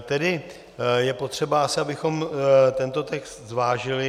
Tedy je potřeba asi, abychom tento text zvážili.